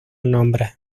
nombres